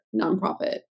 nonprofit